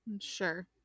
Sure